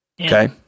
Okay